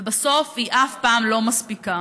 ובסוף היא אף פעם לא מספיקה.